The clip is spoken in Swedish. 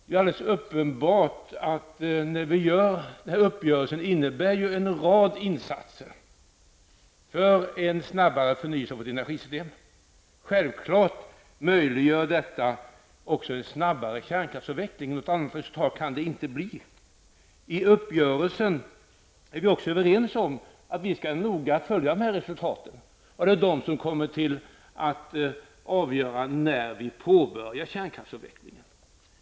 Det är alldeles uppenbart att denna uppgörelse innebär en rad insatser för en snabbare förnyelse av vårt energisystem. Detta möjliggör självklart en snabbare kärnkraftsavveckling -- något annat resultat kan det inte bli. I uppgörelsen är vi också överens om att vi noga skall följa dessa resultat. Det är dessa resultat som kommer att avgöra när vi kommer att påbörja kärnkraftsavvecklingen.